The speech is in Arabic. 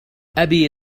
أبي